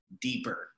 deeper